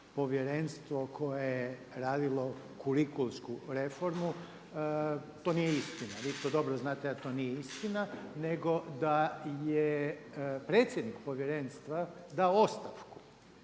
povjerenstvo koje je radilo kurikulsku reformu. To nije istina. Vi to dobro znate da to nije istina, nego da je predsjednik povjerenstva dao ostavku